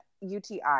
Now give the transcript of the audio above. uti